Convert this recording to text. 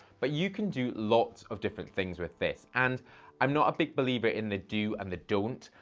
but you can do lots of different things with this, and i'm not a big believer in the do and the don't.